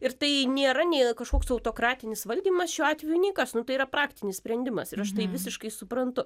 ir tai nėra nei kažkoks autokratinis valdymas šiuo atveju nei kas nu tai yra praktinis sprendimas ir aš tai visiškai suprantu